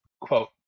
quote